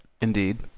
Indeed